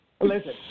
Listen